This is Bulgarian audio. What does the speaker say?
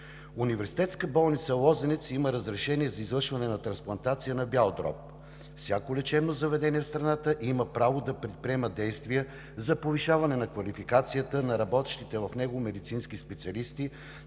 Университетска болница „Лозенец“ има разрешение за извършване на трансплантация на бял дроб. Всяко лечебно заведение в страната има право да предприема действия за повишаване на квалификацията на работещите в него медицински специалисти,